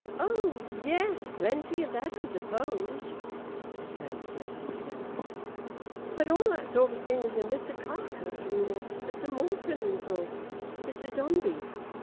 oh yes, plenty of that i suppose returned his nephew carelessly but all that sort of thing's in mr carker's room, or mr morfin's, or mr dombey's